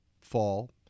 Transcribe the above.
fall